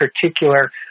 particular